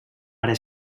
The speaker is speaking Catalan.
ara